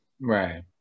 Right